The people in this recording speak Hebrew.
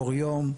אור יום,